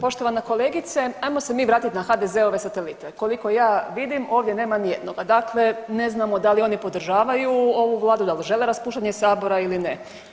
Poštovana kolegica, ajmo se mi vratit na HDZ-ove satelite, koliko ja vidim ovdje nema nijednoga, dakle ne znamo da li oni podržavaju ovu vladu, da li žele raspuštanje sabora ili ne.